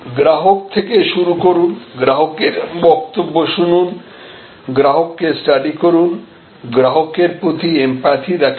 গ্রাহক থেকে শুরু করুন গ্রাহকের বক্তব্য শুনুন গ্রাহককে স্টাডি করুন গ্রাহকের প্রতি এমপ্যাথি দেখান